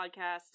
podcast